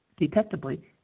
detectably